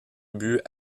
but